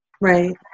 Right